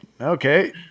okay